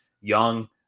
Young